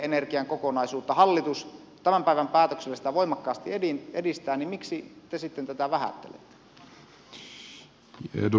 kun hallitus tämän päivän päätöksellä sitä voimakkaasti edistää niin miksi te sitten tätä vähättelette